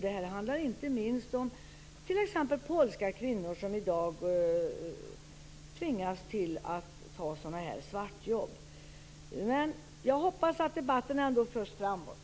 Det handlar t.ex. om polska kvinnor som i dag tvingas att ta svartjobb. Men jag hoppas att debatten ändå förs framåt.